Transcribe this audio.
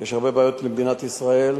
יש הרבה בעיות למדינת ישראל,